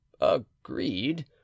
Agreed